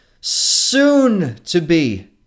soon-to-be